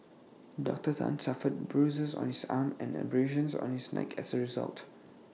dr Tan suffered bruises on his arm and abrasions on his neck as A result